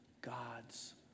God's